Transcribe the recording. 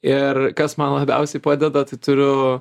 ir kas man labiausiai padeda tai turiu